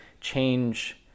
change